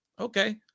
okay